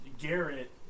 Garrett